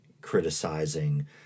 criticizing